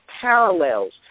parallels